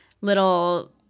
little